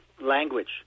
language